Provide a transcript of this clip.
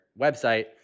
website